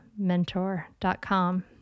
Mentor.com